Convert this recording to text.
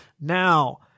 now